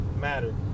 matter